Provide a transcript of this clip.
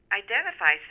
identify